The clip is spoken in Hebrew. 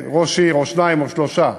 ראש עיר או שניים או שלושה,